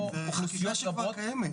זו אוכלוסייה שכבר קיימת.